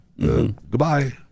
Goodbye